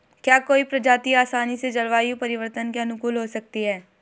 क्या कोई प्रजाति आसानी से जलवायु परिवर्तन के अनुकूल हो सकती है?